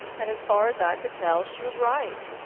and as far as i could tell, she was right.